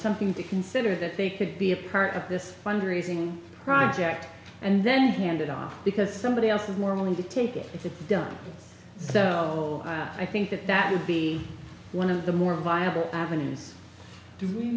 something to consider that they could be a part of this fundraising project and then hand it off because somebody else is more money to take it if it's done so i think that that would be one of the more viable happenings do we